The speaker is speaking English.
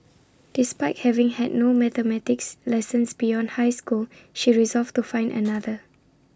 despite having had no mathematics lessons beyond high school she resolved to find another